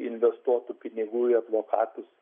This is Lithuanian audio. investuotų pinigų į advokatus